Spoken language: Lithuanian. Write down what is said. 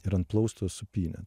ir ant plausto supynę